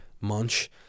munch